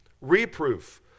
reproof